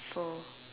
for